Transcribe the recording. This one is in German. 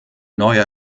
neuer